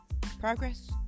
progress